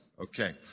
Okay